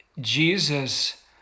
Jesus